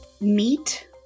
Meat